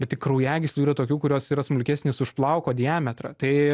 bet tai kraujagyslių yra tokių kurios yra smulkesnės už plauko diametrą tai